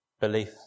belief